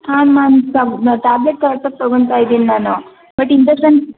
ಹಾಂ ಮ್ಯಾಮ್ ತಗೋ ಟ್ಯಾಬ್ಲೆಟ್ ಕರೆಕ್ಟಾಗಿ ತೊಗೊಂತಾ ಇದ್ದೀನಿ ನಾನು ಬಟ್ ಇಂಜೆಕ್ಷನ್